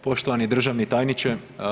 Poštovani državni tajniče.